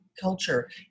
Culture